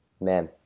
Man